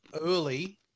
early